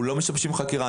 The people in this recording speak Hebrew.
אנחנו לא משבשים חקירה.